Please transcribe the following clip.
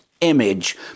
image